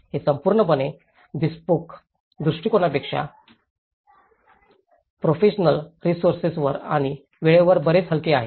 हे संपूर्णपणे बीस्पोक दृष्टिकोनापेक्षा व्याप्रोफेशनल रिसोर्सेस वर आणि वेळेवर बरेच हलके आहे